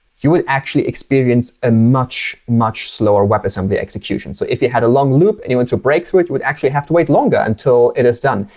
you would actually experience a much, much slower webassembly execution. so if you had a long loop and you went to break through it, you would actually have to wait longer until it is done.